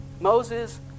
Moses